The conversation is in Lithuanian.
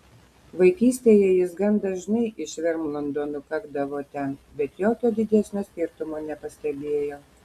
vaikystėje jis gan dažnai iš vermlando nukakdavo ten bet jokio didesnio skirtumo nepastebėjo